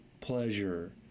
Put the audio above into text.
pleasure